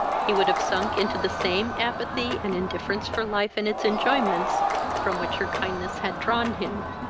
he would have sunk into the same apathy and indifference for life and its enjoyments from which her kindness had drawn him.